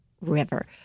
River